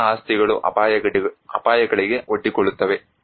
ಸಣ್ಣ ಆಸ್ತಿಗಳು ಅಪಾಯಗಳಿಗೆ ಒಡ್ಡಿಕೊಳ್ಳುತ್ತವೆ